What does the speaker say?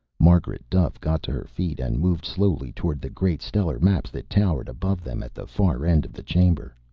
margaret duffe got to her feet and moved slowly toward the great stellar maps that towered above them at the far end of the chamber.